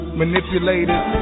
manipulated